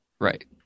Right